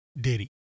Diddy